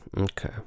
okay